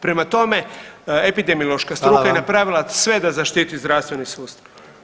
Prema tome, epidemiološka struka je [[Upadica: Hvala vam.]] napravila sve da zaštiti zdravstveni sustav.